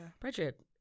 Bridget